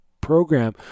program